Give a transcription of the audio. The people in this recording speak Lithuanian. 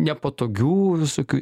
nepatogių visokių